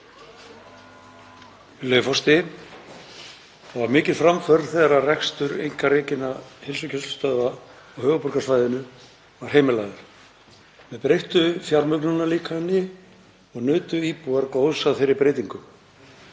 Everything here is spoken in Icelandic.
Það var mikil framför þegar rekstur einkarekinna heilsugæslustöðva á höfuðborgarsvæðinu var heimilaður. Með breyttu fjármögnunarlíkani nutu íbúar góðs af þeirri breytingu.